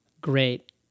Great